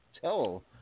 tell